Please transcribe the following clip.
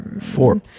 four